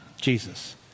Jesus